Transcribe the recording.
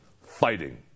fighting